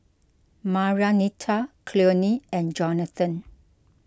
Marianita Cleone and Jonathan